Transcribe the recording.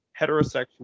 heterosexual